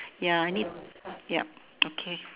ya I need yup okay